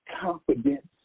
confidence